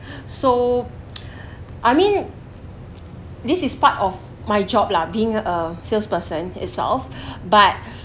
so I mean this is part of my job lah being a salesperson itself but